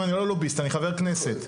אני לא לוביסט אני חבר כנסת.